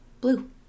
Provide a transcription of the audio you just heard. Blue